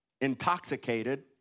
intoxicated